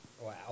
Wow